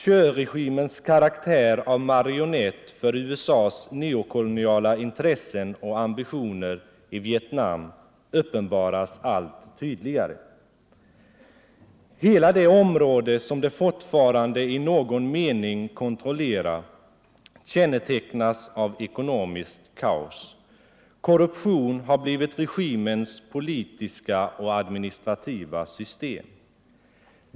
Thieuregimens karaktär av marionett för USA:s neokoloniala intressen och ambitioner i Vietnam uppenbaras allt tydligare. Hela det område som regimen fortfarande i någon mån kontrollerar kännetecknas av ekonomiskt kaos. Korruption har blivit regimens politiska och administrativa system.